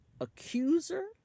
accuser